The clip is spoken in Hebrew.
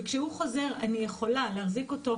וכשהוא חוזר אני יכולה להחזיק אותו,